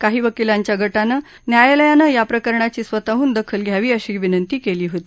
काही वकीलांच्या गटानं न्यायालयानं याप्रकरणाची स्वतःहून दखल घ्यावी अशी विनंती केली होती